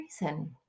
reason